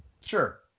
Sure